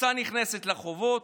הקבוצה נכנסת לחובות,